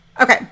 Okay